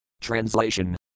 Translation